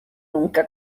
nunca